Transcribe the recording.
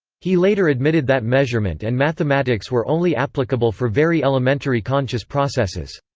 he later admitted that measurement and mathematics were only applicable for very elementary conscious processes.